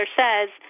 says